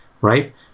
right